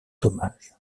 hommage